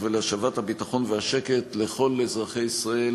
ולהשבת הביטחון והשקט לכל אזרחי ישראל,